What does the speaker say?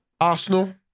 Arsenal